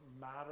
matter